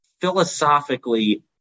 philosophically